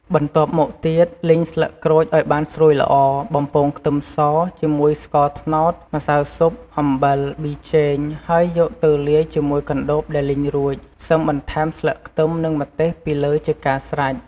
បន្ទាប់់មកទៀត លីងស្លឹកក្រូចឱ្យបានស្រួយល្អ បំពងខ្ទឹមស ជាមួយស្ករត្នោត ម្សៅស៊ុប អំបិល ប៊ីចេង ហើយយកទៅលាយជាមួយកណ្តូបដែលលីងរួច សិមបន្ថែមស្លឹកខ្ទឹមនិងម្ទេសពីលើជាការស្រេច។